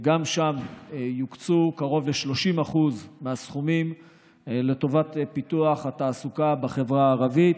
גם שם יוקצו קרוב ל-30% מהסכומים לטובת פיתוח התעסוקה בחברה הערבית,